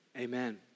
Amen